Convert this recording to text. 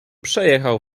przejechał